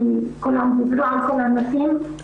כי כולם דיברו על כל הנושאים,